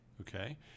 Okay